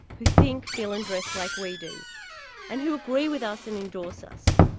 who think, feel and dress like we do and who agree with us and endorse us.